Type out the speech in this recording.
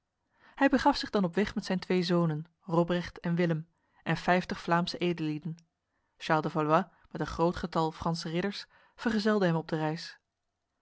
hij begaf zich dan op weg met zijn twee zonen robrecht en willem en vijftig vlaamse edellieden charles de valois met een groot getal franse ridders vergezelde hem op de reis